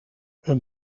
een